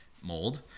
mold